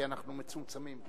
כי אנחנו מצומצמים.